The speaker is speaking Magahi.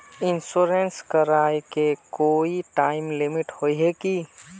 इंश्योरेंस कराए के कोई टाइम लिमिट होय है की?